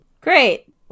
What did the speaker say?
Great